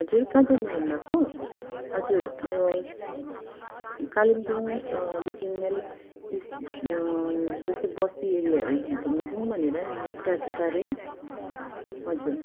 हजुर कहाँ जाने भन्नु भएको हजुर यो कालिम्पोङ देखि अलिक उयो जस्तै बस्ती एरियाहरू घुम्नु जाऊँं भनेर नि अलिक टाडो टाडै हजुर